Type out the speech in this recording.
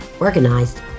organized